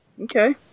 okay